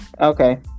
Okay